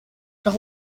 doch